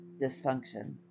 dysfunction